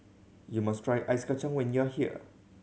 you must try Ice Kachang when you are here